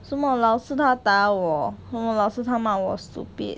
什么老师他打我什么老师他骂我 stupid